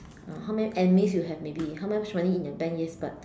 ah how many and means you have maybe how much money in your bank yes but